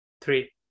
Three